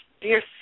Dear